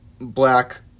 Black